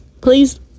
please